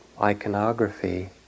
iconography